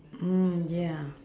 mm ya